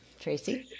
Tracy